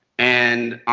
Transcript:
and